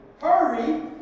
Hurry